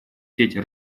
сети